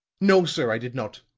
no, sir i did not.